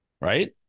Right